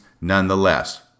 nonetheless